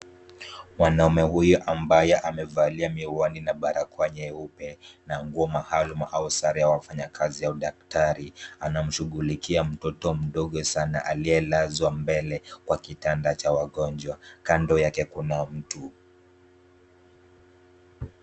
Mwanaume huyu ambaye amevalia miwani na barakoa nyeupe na nguo nyeupe au sare maalumu ya wafanyakazi au daktari anamshughulikia mtoto mdogo sana aliyelazwa mbele wa kitanda cha wagonjwa. Kando yake kuna mtu.